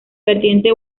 vertiente